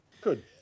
Good